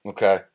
Okay